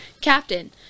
Captain